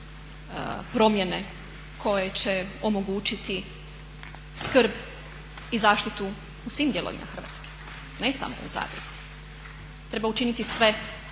promjene koje će omogućiti skrb i zaštitu u svim dijelovima Hrvatske, ne samo u Zagrebu. Treba učiniti sve